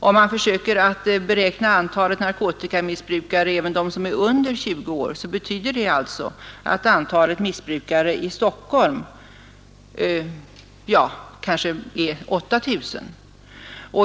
Det betyder att totala antalet narkotikamissbrukare i Stockholmsområdet, innefattande dem som är under 20 år, kanske är 8 000.